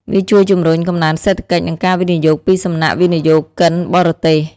វាជួយជំរុញកំណើនសេដ្ឋកិច្ចនិងការវិនិយោគពីសំណាក់វិនិយោគិនបរទេស។